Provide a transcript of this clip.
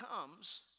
comes